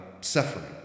suffering